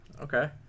Okay